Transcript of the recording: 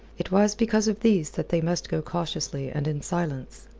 it was because of these that they must go cautiously and in silence.